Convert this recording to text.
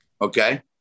Okay